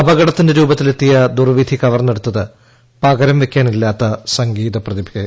അപകടത്തിന്റെ രൂപത്തിലെത്തിയ ദുർവിധി കവർന്നെടുത്തത് പകരം വെയ്ക്കാനില്ലാത്ത സംഗീത പ്രതിഭയെ